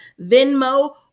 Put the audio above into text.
Venmo